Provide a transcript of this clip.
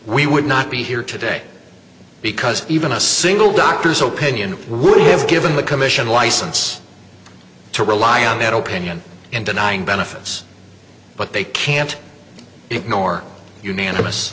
we would not be here today because even doctor's opinion would have given the commission license to rely on that opinion and denying benefits but they can't ignore unanimous